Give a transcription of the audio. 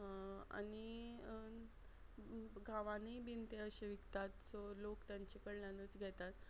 आनी गांवानूय बीन ते अशें विकतात सो लोक तांचे कडल्यानूच घेतात